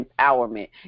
empowerment